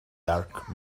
dark